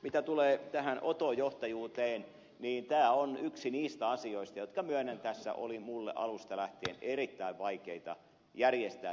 mitä tulee tähän oto johtajuuteen niin myönnän että tämä on yksi niistä asioista jotka minun oli tässä alusta lähtien erittäin vaikea järjestää